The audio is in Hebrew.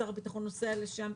שר הביטחון נוסע לשם.